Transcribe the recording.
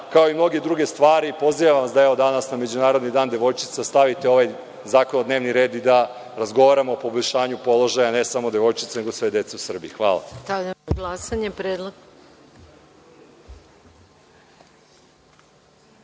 kao i mnoge druge stvari. Pozivam vas, da evo, danas na međunarodni dan devojčica stavite ovaj zakon na dnevni red i da razgovaramo o poboljšanju položaja ne samo devojčica, nego sve dece u Srbiji. Hvala.